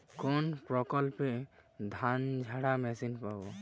কোনপ্রকল্পে ধানঝাড়া মেশিন পাব?